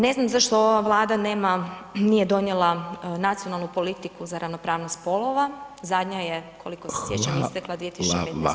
Ne znam zašto ova Vlada nema, nije donijela nacionalnu politiku za ravnopravnost spolova, zadnja je koliko se sjećam [[Upadica: Hvala vam.]] istekla 2015.